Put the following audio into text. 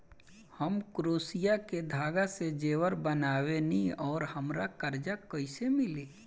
हम क्रोशिया के धागा से जेवर बनावेनी और हमरा कर्जा कइसे मिली?